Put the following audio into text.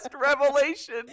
revelation